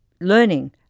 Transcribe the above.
learning